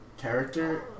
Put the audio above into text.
character